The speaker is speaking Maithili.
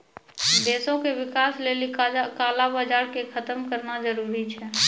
देशो के विकास लेली काला बजार के खतम करनाय जरूरी छै